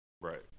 Right